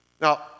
Now